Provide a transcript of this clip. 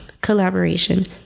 collaboration